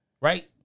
right